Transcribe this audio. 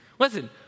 Listen